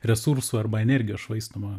resursų arba energijos švaistoma